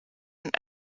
und